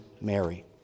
Mary